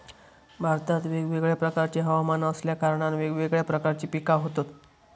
भारतात वेगवेगळ्या प्रकारचे हवमान असल्या कारणान वेगवेगळ्या प्रकारची पिका होतत